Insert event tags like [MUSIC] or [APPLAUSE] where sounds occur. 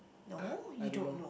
[BREATH] I don't know